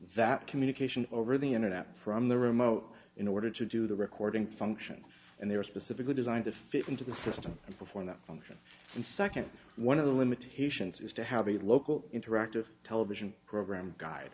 that communication over the internet from the remote in order to do the recording function and they are specifically designed to fit into the system and perform that function and second one of the limitations is to have a local interactive television programme guide